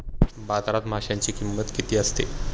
बाजारात माशांची किंमत किती असते?